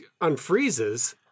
unfreezes